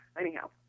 Anyhow